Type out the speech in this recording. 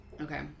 Okay